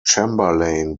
chamberlain